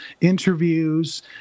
interviews